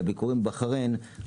בוקר טוב לכולם,